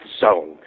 zone